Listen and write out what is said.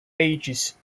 ages